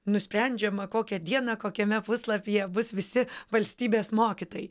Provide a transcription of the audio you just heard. nusprendžiama kokią dieną kokiame puslapyje bus visi valstybės mokytojai